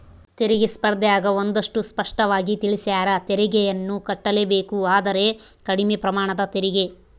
ತೆರಿಗೆ ಸ್ಪರ್ದ್ಯಗ ಒಂದಷ್ಟು ಸ್ಪಷ್ಟವಾಗಿ ತಿಳಿಸ್ಯಾರ, ತೆರಿಗೆಯನ್ನು ಕಟ್ಟಲೇಬೇಕು ಆದರೆ ಕಡಿಮೆ ಪ್ರಮಾಣದ ತೆರಿಗೆ